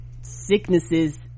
sicknesses